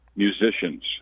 Musicians